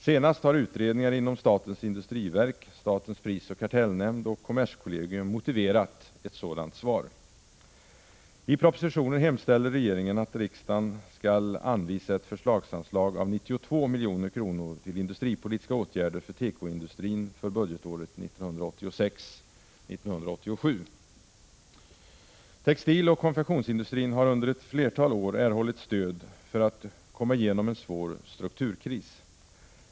Senast har utredningar inom statens industriverk, SPK och kommerskollegium motiverat ett sådant svar. I propositionen hemställer regeringen att riksdagen för budgetåret 1986/87 skall anvisa ett förslagsanslag på 92 milj.kr. till industripolitiska åtgärder för tekoindustrin. Textiloch konfektionsindustrin har under ett flertal år erhållit stöd för att komma igenom en svår strukturkris.